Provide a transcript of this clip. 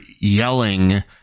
yelling